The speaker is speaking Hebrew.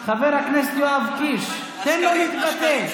חבר הכנסת יואב קיש, תן לו להתבטא.